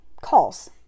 calls